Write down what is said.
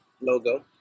logo